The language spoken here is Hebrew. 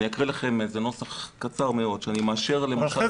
אני אקריא לכם נוסח קצר מאוד שאני מאשר --- אבל,